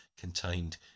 contained